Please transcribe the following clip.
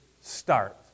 start